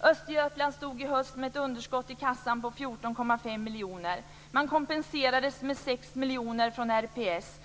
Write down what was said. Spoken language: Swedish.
Östergötland stod i höst med ett underskott i kassan på 14,5 miljoner kronor. Man kompenserades med 6 miljoner kronor från RPS.